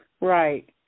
Right